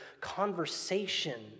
conversation